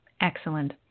Excellent